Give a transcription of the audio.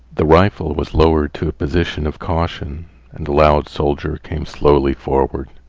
the rifle was lowered to a position of caution and the loud soldier came slowly forward.